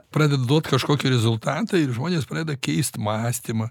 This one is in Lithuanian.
pradeda duot kažkokį rezultatą ir žmonės pradeda keist mąstymą